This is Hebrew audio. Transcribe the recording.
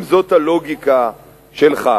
אם זאת הלוגיקה שלך,